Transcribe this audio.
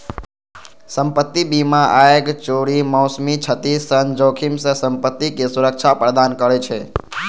संपत्ति बीमा आगि, चोरी, मौसमी क्षति सन जोखिम सं संपत्ति कें सुरक्षा प्रदान करै छै